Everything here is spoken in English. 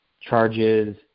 charges